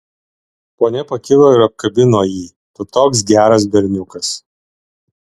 ponia pakilo ir apkabino jį tu toks geras berniukas